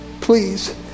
please